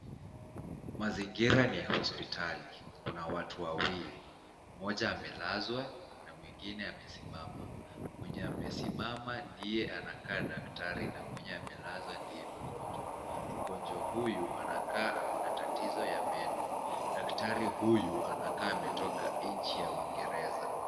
Mazingira ni hospitali. Kuna watu wawili; mmoja amelazwa na mwingine amesimama. Mwenye amesimama ndiye anakaa daktari na mwenye amelazwa ndiye mgonjwa. Mgonjwa huyu anakaa akona tatizo ya meno. Daktari huyu anakaa ametoka nchi ya Uingereza.